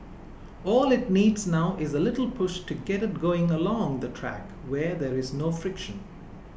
all it needs now is a little push to get it going along the track where there is no friction